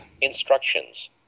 Instructions